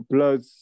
Plus